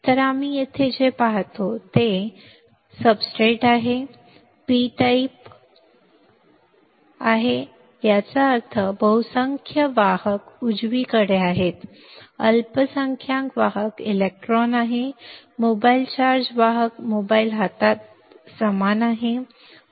तर आम्ही येथे जे पाहतो ते आपण येथे पाहतो हे सब्सट्रेट आहे थर पी प्रकार योग्य आहे याचा अर्थ बहुसंख्य वाहक उजवीकडे आहेत अल्पसंख्यक वाहक इलेक्ट्रॉन आहेत मोबाईल चार्ज वाहक मोबाइल हातात समान आहेत